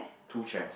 two chairs